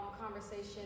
conversation